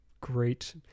great